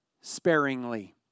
sparingly